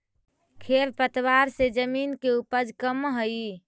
खेर पतवार से जमीन के उपज कमऽ हई